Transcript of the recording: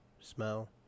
smell